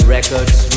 Records